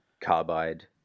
carbide